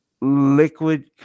Liquid